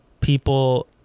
people